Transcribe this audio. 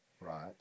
Right